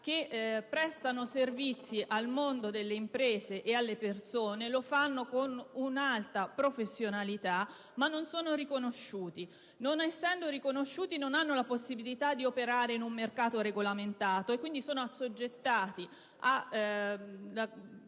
che prestano servizi al mondo delle imprese e alle persone e lo fanno con un'alta professionalità, ma non sono riconosciuti. Non essendo riconosciuti non hanno possibilità di operare in un mercato regolamentato e quindi sono assoggettati alla